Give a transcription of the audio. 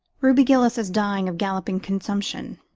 ruby gillis is dying of galloping consumption,